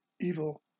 evil